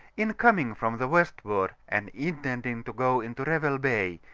in coming from the westward and intending to go into revel bay,